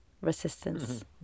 resistance